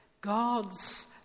God's